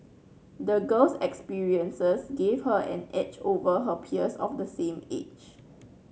the girl's experiences gave her an edge over her peers of the same age